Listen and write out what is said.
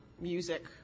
music